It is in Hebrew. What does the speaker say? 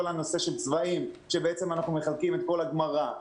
הנושא של צבעים שאיתם אנחנו מחלקים את כל הגמרא.